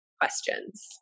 questions